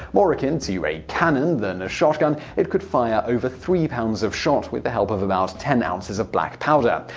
more akin to a cannon than a shotgun, it could fire over three pounds of shot with the help of about ten ounces of black powder.